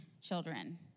children